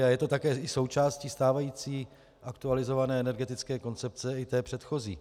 A je to také i součástí stávající aktualizované energetické koncepce i té předchozí.